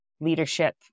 leadership